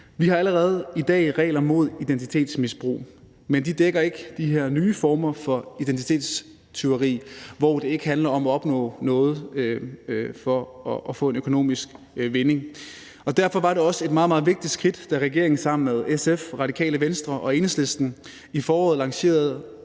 Vi har allerede i dag regler mod identitetsmisbrug, men de dækker ikke de her nye former for identitetstyveri, hvor det ikke handler om at opnå noget i form af en økonomisk vinding. Og derfor var det også et meget, meget vigtigt skridt, da regeringen sammen med SF, Radikale Venstre og Enhedslisten i foråret lancerede